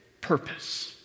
purpose